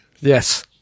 Yes